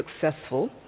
successful